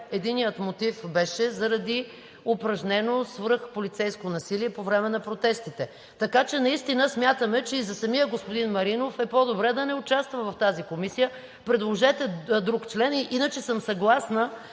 Единият мотив беше заради упражнено свръхполицейско насилие по време на протестите. Така че смятаме, че и за самия господин Маринов е по-добре да не участва в тази комисия. Предложете друг член. Иначе съм съгласна,